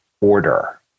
order